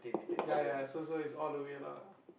ya ya so so is all the way lah